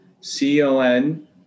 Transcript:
C-O-N